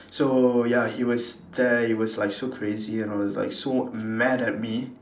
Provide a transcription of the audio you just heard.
so ya he was there he was like so crazy and all he's like so mad at me